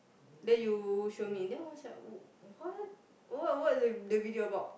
then you show me then I was like what what what is the video about